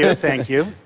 you, thank you.